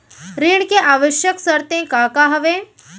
ऋण के आवश्यक शर्तें का का हवे?